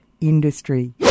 industry